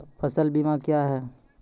फसल बीमा क्या हैं?